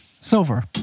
silver